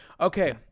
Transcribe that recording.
Okay